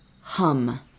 hum